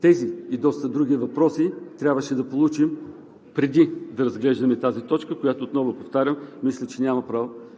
тези и на доста други въпроси трябваше да получим отговори, преди да разглеждаме тази точка, която, отново повтарям, мисля, че